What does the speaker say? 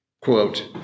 quote